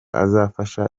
azafasha